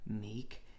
meek